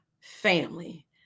family